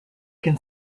can